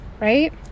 right